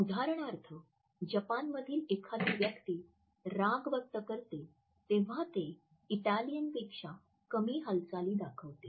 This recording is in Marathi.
उदाहरणार्थ जपानमधील एखादी व्यक्ती राग व्यक्त करते तेव्हा ते इटालियनपेक्षा कमी हालचाली दाखवते